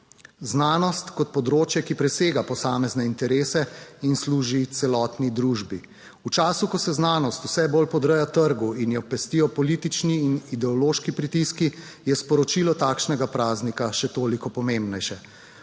Znanost kot področje, ki presega posamezne interese in služi celotni družbi. V času, ko se znanost vse bolj podreja trgu in jo pestijo politični in ideološki pritiski, je sporočilo takšnega praznika še toliko pomembnejše.